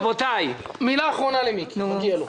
מילה אחרונה למיקי.